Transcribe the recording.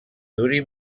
duri